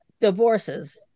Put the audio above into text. Divorces